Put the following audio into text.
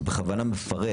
אני בכוונה מפרט